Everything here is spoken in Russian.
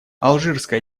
алжирская